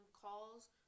calls